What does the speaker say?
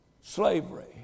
Slavery